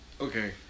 okay